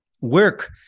work